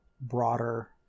broader